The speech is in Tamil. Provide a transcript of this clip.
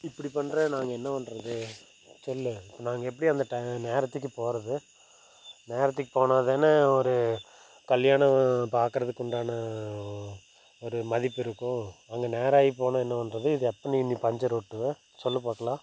இப்படி பண்ணுற நாங்கள் என்ன பண்ணுறது சொல்லு இப்போ நாங்கள் எப்படி அந்த டை நேரத்துக்கு போகிறது நேரத்துக்கு போனால் தான் ஒரு கல்யாணம் பார்க்குறதுக்கு உண்டான ஒரு மதிப்பு இருக்கும் அங்கே நேரம் ஆகி போனால் என்ன பண்ணுறது இது எப்போ நீ இனி பஞ்சர் ஒட்டுவ சொல்லு பார்க்கலாம்